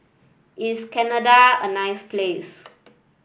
is Canada a nice place